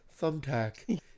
thumbtack